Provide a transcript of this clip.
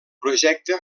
projecte